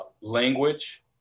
language